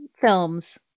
films